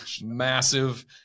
massive